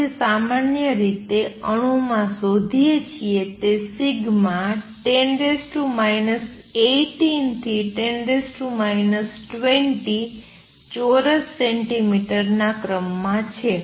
આપણે જે સામાન્ય રીતે અણુ માં શોધીએ છીએ તે σ 10 18 થી 10 20 ચોરસ સેન્ટીમીટર ના ક્રમમાં છે